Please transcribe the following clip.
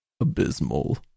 Abysmal